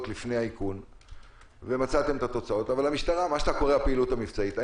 לפני האיכון ומצאתם את התוצאות מה שאתה קורא הפעילות המבצעית,